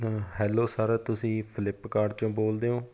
hello sir ਤੁਸੀਂ Flipkart 'ਚੋਂ ਬੋਲਦੇ ਹੋ